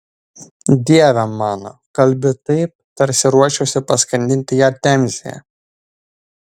dieve mano kalbi taip tarsi ruoščiausi paskandinti ją temzėje